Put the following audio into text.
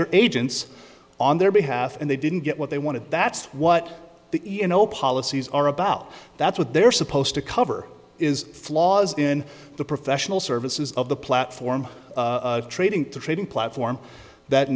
their agents on their behalf and they didn't get what they wanted that's what the you know policies are about that's what they're supposed to cover is flaws in the professional services of the platform training to trading platform that